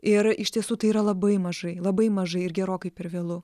ir iš tiesų tai yra labai mažai labai mažai ir gerokai per vėlu